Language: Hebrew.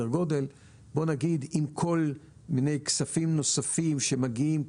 ועם כל מיני כספים נוספים שמגיעים כמצ'ינג,